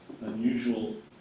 unusual